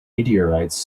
meteorites